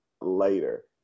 later